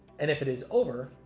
and if it is over,